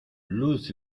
luz